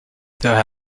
there